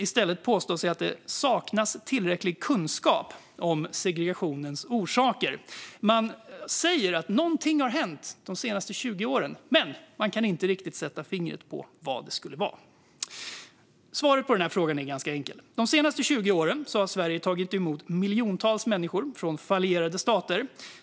I stället påstås att det saknas tillräcklig kunskap om segregationens orsaker. Man säger att någonting har hänt de senaste 20 åren, men man kan inte riktigt sätta fingret på vad det skulle vara. Svaret på frågan är ganska enkel. De senaste 20 åren har Sverige tagit emot miljontals människor från fallerade stater.